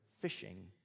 fishing